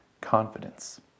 confidence